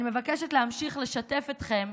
אני מבקשת להמשיך לשתף אתכם,